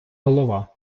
голова